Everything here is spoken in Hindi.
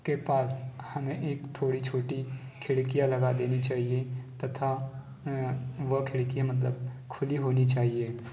के पास हमें एक थोड़ी छोटी खिड़कियाँ लगा देनी चाहिए तथा वह खिड़की मतलब खुली होनी चाहिए